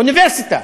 אוניברסיטה,